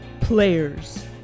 Players